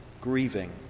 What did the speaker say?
grieving